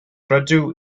rydw